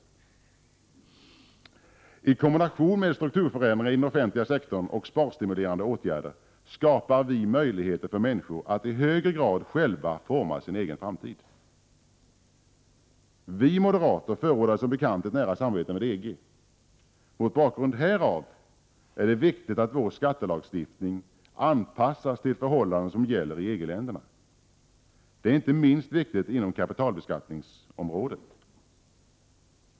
I kombination med strukturförändringar i den offentliga sektorn och sparstimulerande åtgärder skapar vi möjlighet för människor att i högre grad själva forma sin egen framtid. Vi moderater förordar som bekant ett nära samarbete med EG. Mot bakgrund härav är det viktigt att vår skattelagstiftning anpassas till förhållanden som gäller i EG-länderna. Det är inte minst viktigt inom kapitalbeskattningsområdet.